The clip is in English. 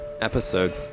episode